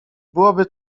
byłoby